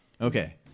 Okay